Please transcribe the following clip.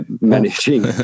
managing